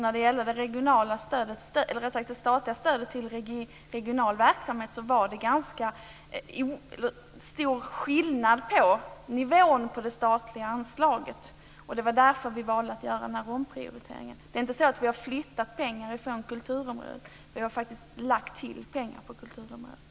När det gällde det statliga stödet till regional verksamhet var det ganska stor skillnad på nivån på det statliga anslaget. Det var därför vi valde att göra denna omprioritering. Det är inte så att vi har flyttat pengar från kulturområdet. Vi har faktiskt lagt till pengar på kulturområdet.